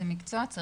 מקצוע כל שהוא,